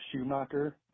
Schumacher